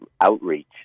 outreach